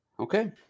Okay